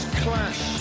clash